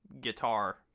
guitar